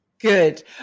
Good